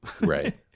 Right